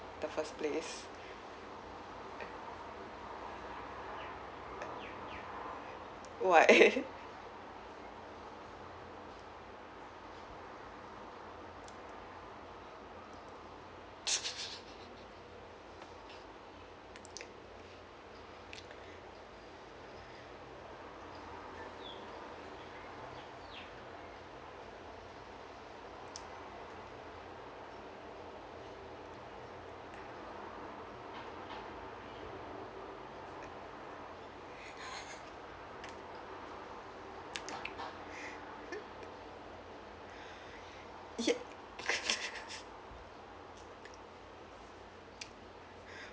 the first place [what] ya